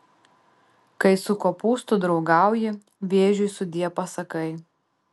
kai su kopūstu draugauji vėžiui sudie pasakai